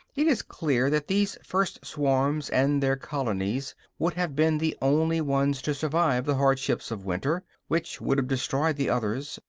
it is clear that these first swarms and their colonies would have been the only ones to survive the hardships of winter, which would have destroyed the others,